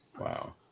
Wow